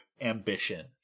ambition